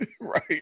right